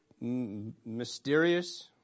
mysterious